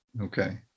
Okay